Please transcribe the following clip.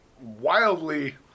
wildly